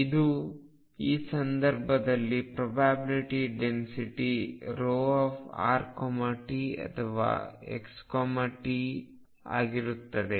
ಇದು ಈ ಸಂದರ್ಭದಲ್ಲಿ ಪ್ರೊಬ್ಯಾಬಿಲ್ಟಿ ಡೆನ್ಸಿಟಿ ρrtಅಥವಾ xt ಆಗಿರುತ್ತದೆ